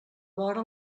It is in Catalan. vora